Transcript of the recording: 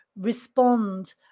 respond